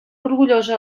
orgullosa